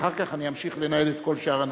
אחר כך אני אמשיך לנהל את כל שאר הנושאים.